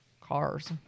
cars